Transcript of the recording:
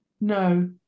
No